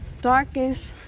darkest